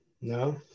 no